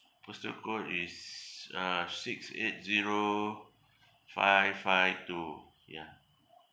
postal code is uh six eight zero five five two yeah